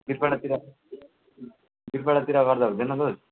वीरपाडातिर वीरपाडातिर गर्दा हुँदैन